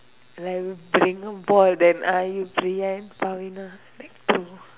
like a bring a ball then are you Brianne Avina like two